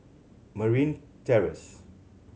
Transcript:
Marine Terrace